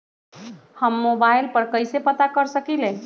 हम मोबाइल पर कईसे पता कर सकींले?